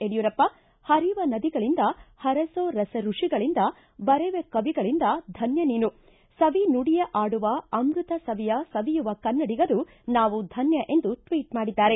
ಯಡ್ಕೂರಪ್ಪ ಪರಿವ ನದಿಗಳಿಂದ ಪರಸೊ ರಸಋಷಿಗಳಿಂದ ಬರೆವ ಕವಿಗಳಿಂದ ಧನ್ಯ ನೀನು ಸವಿ ನುಡಿಯ ಆಡುವ ಅಮೃತ ಸವಿಯ ಸವಿಯುವ ಕನ್ನಡಿಗರು ನಾವು ಧನ್ಯ ಎಂದು ಟ್ವೀಟ್ ಮಾಡಿದ್ದಾರೆ